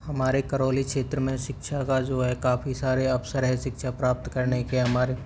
हमारे करौली क्षेत्र में शिक्षा का जो है काफ़ी सारे अवसर हैं शिक्षा प्राप्त करने के हमारे